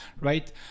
right